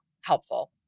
helpful